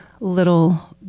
little